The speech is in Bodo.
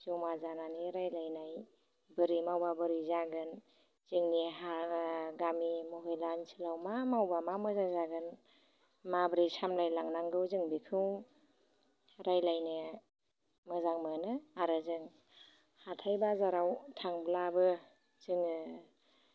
जमा जानानै रायज्लायनाय बोरै मावब्ला बोरै जागोन जोंनि हा गामि महिला ओनसोलाव मा मावब्ला मा मोजां जागोन माब्रै सामलायलांनांगौ जों बेखौ रायज्लायनो मोजां मोनो आरो जों हाथाय बाजाराव थांब्लाबो जोङो